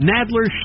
Nadler